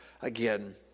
again